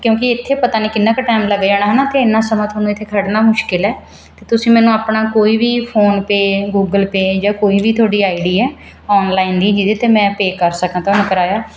ਕਿਉਂਕਿ ਇੱਥੇ ਪਤਾ ਨਹੀਂ ਕਿੰਨਾ ਕੁ ਟਾਈਮ ਲੱਗ ਜਾਣਾ ਹੈ ਨਾ ਅਤੇ ਇੰਨਾ ਸਮਾਂ ਤੁਹਾਨੂੰ ਇੱਥੇ ਖੜ੍ਹਨਾ ਮੁਸ਼ਕਿਲ ਹੈ ਅਤੇ ਤੁਸੀਂ ਮੈਨੂੰ ਆਪਣਾ ਕੋਈ ਵੀ ਫੋਨਪੇਅ ਗੂਗਲ ਪੇਅ ਜਾਂ ਕੋਈ ਵੀ ਤੁਹਾਡੀ ਆਈ ਡੀ ਹੈ ਔਨਲਾਈਨ ਦੀ ਜਿਹਦੇ 'ਤੇ ਮੈਂ ਪੇਅ ਕਰ ਸਕਾਂ ਤੁਹਾਨੂੰ ਕਰਾਇਆ